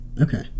okay